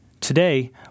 Today